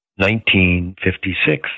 1956